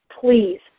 Please